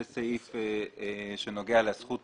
זה סעיף שנוגע לזכות